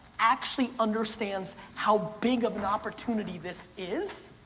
actually understands how big of an opportunity this is,